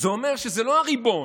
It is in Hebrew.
זה אומר שזה לא הריבון,